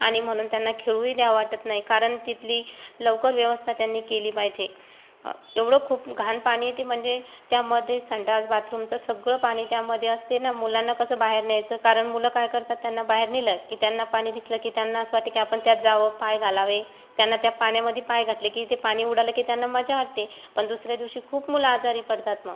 आणि म्हणून त्यांना खेळूही द्यावं वाटत नाही कारण तिथली लवकर व्यवस्था त्यांनी केली पाहिजे एवढं खूप घाण पाणी येते म्हणजे त्यामध्ये संडास बाथरूमचं सगळं पाणी त्यामध्ये असते ना मुलांना कसं बाहेर न्यायचं कारण मुलं काय करतात त्यांना बाहेर नेलं की त्यांना पाणी दिसलं की त्यांना असं वाटते की आपण त्यात जावं पाय घालावे त्यांना त्या पाण्यामध्ये पाय घातले की ते पाणी उडालं की त्यांना मजा वाटते पण दुसऱ्या दिवशी खूप मुलं आजारी पडतात मग